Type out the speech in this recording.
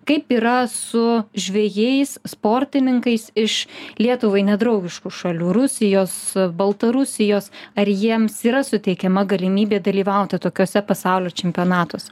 kaip yra su žvejais sportininkais iš lietuvai nedraugiškų šalių rusijos baltarusijos ar jiems yra suteikiama galimybė dalyvauti tokiuose pasaulio čempionatuose